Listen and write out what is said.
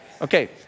Okay